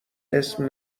اسم